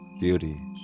beauty